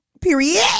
period